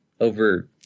over